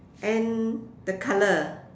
and the colour